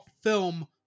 film